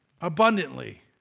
abundantly